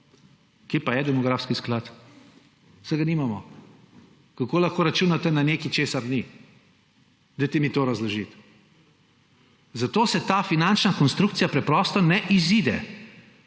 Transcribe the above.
Kje pa je demografski sklad? Saj ga nimamo. Kako lahko računate na nekaj, česar ni? Dajte mi to razložiti. Zato se ta finančna konstrukcija preprosto ne izide;